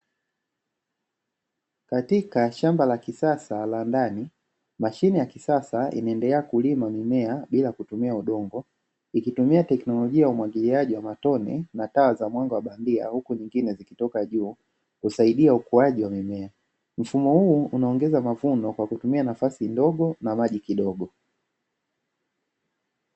Katika shamba la kisasa la ndani, mashine ya kisasa inaendelea kulima mimea bila kutumia udongo. Ikitumia teknolojia ya umwagiliaji wa matone na taa za mwanga wa bandia huku nyingine zikitoka juu, husaidia ukuaji wa mimea. Mfumo huu unaongeza mavuno kwa kutumia nafasi ndogo na maji kidogo.